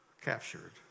captured